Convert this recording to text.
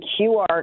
QR